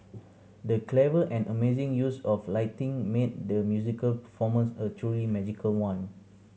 the clever and amazing use of lighting made the musical performance a truly magical one